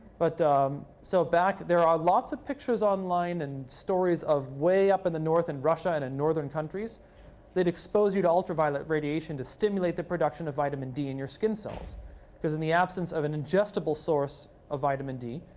but so back there are lots of pictures online and stories of way up in the north in russia and and northern countries that expose you to ultraviolet radiation to stimulate the production of vitamin d in your skin cells because in the absence of an ingestible source of vitamin d,